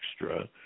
extra